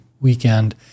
weekend